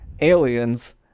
aliens